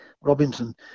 Robinson